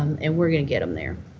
and we're going to get them there.